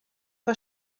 war